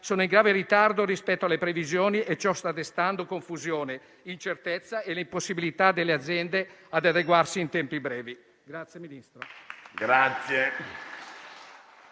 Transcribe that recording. sono in grave ritardo rispetto alle previsioni e ciò sta creando confusione, incertezza e impossibilità per le aziende di adeguarsi in tempi brevi.